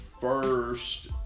first